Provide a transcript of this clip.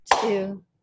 two